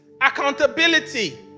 Accountability